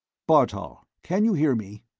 bartol, can you hear me?